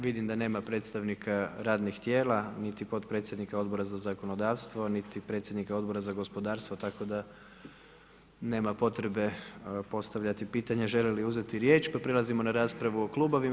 Vidim da nema predstavnika radnih tijela niti potpredsjednika Odbora za zakonodavstvo, niti predsjednika Odbora za gospodarstvo tako da nema potrebe postavljati pitanje žele li uzeti riječ pa prelazimo na raspravu o klubovima.